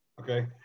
Okay